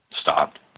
stopped